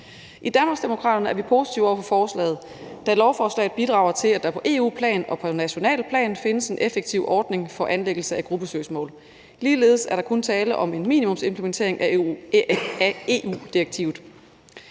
I Danmarksdemokraterne er vi positive over for lovforslaget, da det bidrager til, at der på EU-plan og på nationalt plan findes en effektiv ordning for anlæggelse af gruppesøgsmål. Ligeledes er der kun tale om en minimumsimplementering af EU-direktivet.